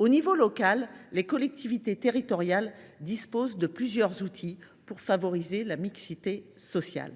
l’échelle locale, les collectivités territoriales disposent de plusieurs outils pour favoriser la mixité sociale.